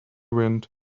wind